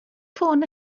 ffôn